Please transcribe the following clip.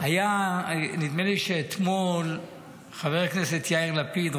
נדמה לי שאתמול חבר הכנסת יאיר לפיד,